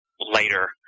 Later